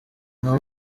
nka